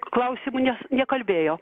klausimu nes nekalbėjo